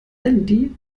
handy